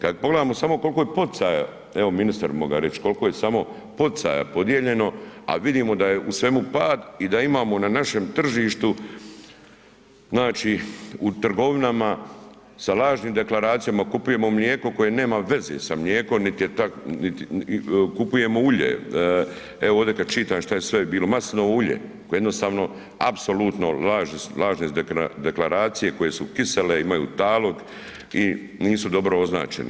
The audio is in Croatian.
Kad pogledamo samo koliko je poticaja, evo ministar bi mogao reći, koliko je samo poticaja podijeljeno, a vidimo da je u svemu pad i da imamo na našem tržištu znači u trgovinama sa lažnim deklaracijama kupujemo mlijeko koje nema veze sa mlijekom niti je, kupujemo ulje, evo, ovdje kad čitam što je sve bilo, maslinovo ulje koje jednostavno lažne deklaracije, koje su kisele, imaju talog i nisu dobro označeni.